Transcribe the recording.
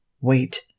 Wait